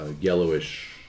yellowish